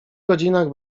godzinach